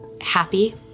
happy